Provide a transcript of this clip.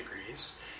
degrees